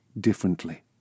differently